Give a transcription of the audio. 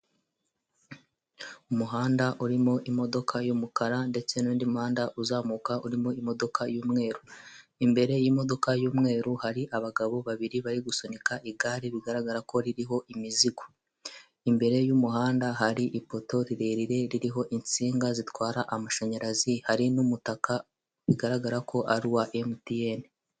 Umuhanda urimo imodoka y'umukara, ndetse n'undi muhanda uzamuka urimo imodoka y'umweru. Imbere y'imodoka y'umweru hari abagabo babiri bari gusunika igare, bigaragara ko ririho imizigo. Imbere y'umuhanda hari ipoto rirerire ririho insinga zitwara amashanyarazi, hari n'umutaka, bigaragara ko ari uwa emutiyene.